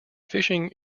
fishing